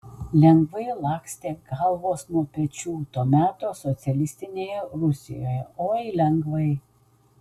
lengvai lakstė galvos nuo pečių to meto socialistinėje rusijoje oi lengvai